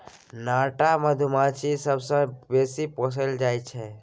नाटा मधुमाछी सबसँ बेसी पोसल जाइ छै